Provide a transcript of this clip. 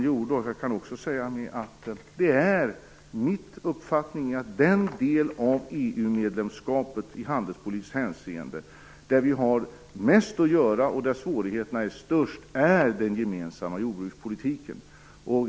Jag kan också säga att min uppfattning är att den del av EU-medlemskapet ur handelspolitiskt hänseende där vi har mest att göra och där svårigheterna är störst är den gemensamma jordbrukspolitiken.